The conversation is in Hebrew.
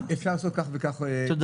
אפשר לעשות כך וכך ב"נורבגי".